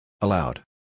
Allowed